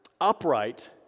upright